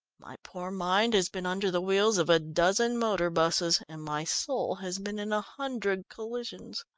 my poor mind has been under the wheels of a dozen motor-buses, and my soul has been in a hundred collisions.